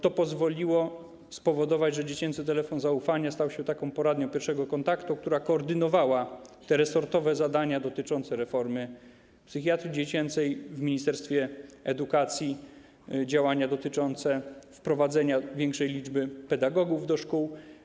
To pozwoliło spowodować, że dziecięcy telefon zaufania stał się poradnią pierwszego kontaktu, która koordynowała resortowe zadania dotyczące reformy psychiatrii dziecięcej w Ministerstwie Edukacji, działania dotyczące wprowadzenia większej liczby pedagogów do szkół.